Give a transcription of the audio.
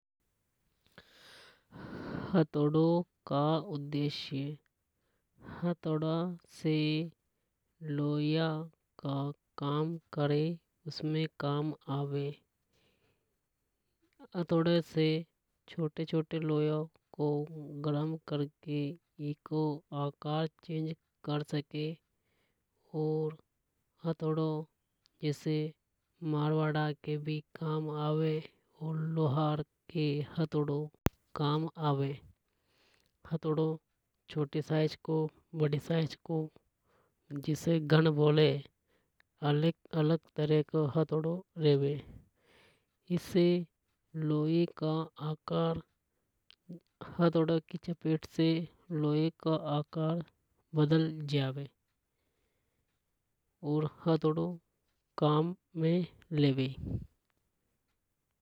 हथौड़ों का उद्देश्य। हथौड़ों से लौया का काम करे उसमें काम आवे। हथौड़ों से छोटे छोटे लोहे को गर्म करके एको आकार चेंज कर सके। और हथौड़ों जैसे मारवाड़ा के भी काम आवे। और लोहार के हथौड़ों काम आवे। हथौड़ों छोटी साइज को बड़ी साइज को जिसे घन बोले। अलग तरह को हथौड़ों रेवे। इससे लोहे का आकार हथौड़े की चपेट से लोहे का आकार बदल जावे। और हथौड़ों काम में लेवे।